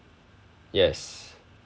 yes